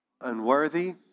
Unworthy